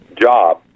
job